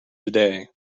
today